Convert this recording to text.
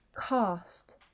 cast